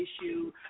issue